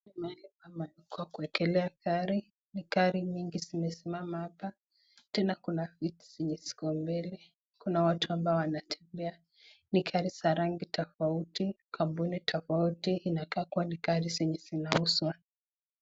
Hii ni mahali kama pa kuekelea gari. Ni gari mingi zimesimama hapa. Tena kuna viti zenye ziko mbele. Kuna watu ambao wanatembea. Ni gari za rangi tofauti, kampuni tofauti. Inakaa kuwa ni gari zenye zinauzwa.